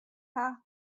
haw